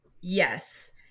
Yes